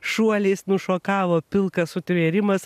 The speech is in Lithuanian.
šuoliais nušokavo pilkas sutvėrimas